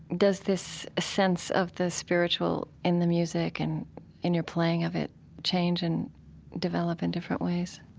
does this sense of the spiritual in the music and in your playing of it change and develop in different ways?